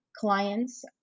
clients